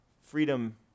freedom